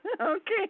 Okay